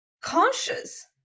conscious